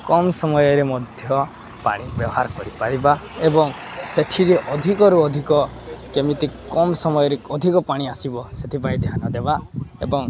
କମ୍ ସମୟରେ ମଧ୍ୟ ପାଣି ବ୍ୟବହାର କରିପାରିବା ଏବଂ ସେଠିରେ ଅଧିକରୁ ଅଧିକ କେମିତି କମ୍ ସମୟରେ ଅଧିକ ପାଣି ଆସିବ ସେଥିପାଇଁ ଧ୍ୟାନ ଦେବା ଏବଂ